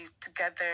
together